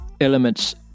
elements